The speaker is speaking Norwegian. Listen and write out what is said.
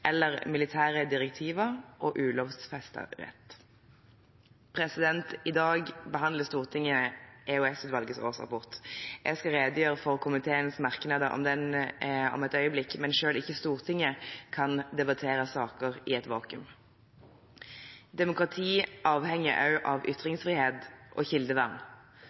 eller militære direktiver og ulovfestet rett.» I dag behandler Stortinget EOS-utvalgets årsrapport. Jeg skal redegjøre for komiteens merknader om den om et øyeblikk, men selv ikke Stortinget kan debattere saker i et vakuum. Demokratiet avhenger også av ytringsfrihet og kildevern.